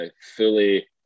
fully